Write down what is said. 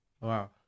Wow